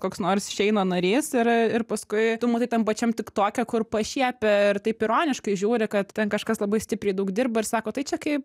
koks nors šeino narys ir ir paskui tu matai tam pačiam tik toke kur pašiepia ir taip ironiškai žiūri kad ten kažkas labai stipriai daug dirba ir sako tai čia kaip